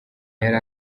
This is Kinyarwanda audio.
yari